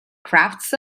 crafts